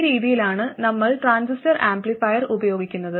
ഈ രീതിയിലാണ് നമ്മൾ ട്രാൻസിസ്റ്റർ ആംപ്ലിഫയർ ഉപയോഗിക്കുന്നത്